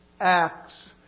Acts